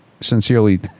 sincerely